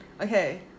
Okay